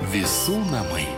visų namai